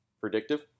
Predictive